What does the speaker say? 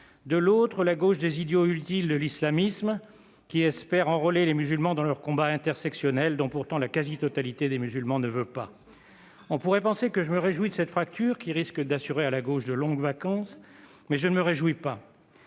de l'autre, la gauche des idiots utiles de l'islamisme qui espèrent enrôler les musulmans dans leur combat intersectionnel, dont, pourtant, la quasi-totalité des musulmans ne veut pas. On pourrait penser que je me réjouis de cette fracture, qui risque d'assurer à la gauche de longues vacances. Mais je ne m'en réjouis pas,